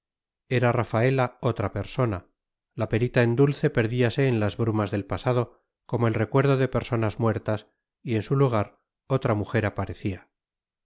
era rafaela otra persona la perita en dulce perdíase en las brumas del pasado como el recuerdo de personas muertas en su lugar otra mujer aparecía